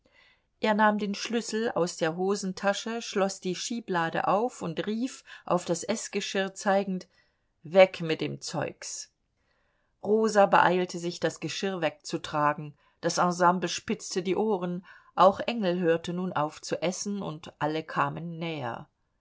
er nahm den schlüssel aus der hosentasche schloß die schieblade auf und rief auf das eßgeschirr zeigend weg mit dem zeugs rosa beeilte sich das geschirr wegzutragen das ensemble spitzte die ohren auch engel hörte nun auf zu essen und alle kamen näher